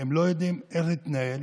הם לא יודעים איך להתנהל